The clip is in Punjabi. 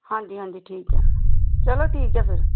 ਹਾਂਜੀ ਹਾਂਜੀ ਠੀਕ ਆ ਚਲੋ ਠੀਕ ਹੈ ਫਿਰ